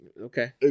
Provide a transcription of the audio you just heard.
Okay